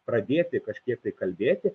pradėti kažkiek tai kalbėti